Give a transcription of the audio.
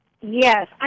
Yes